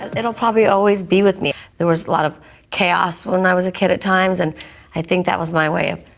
it'll probably always be with me. there was a lot of chaos when i was a kid at times, and i think this was my way of,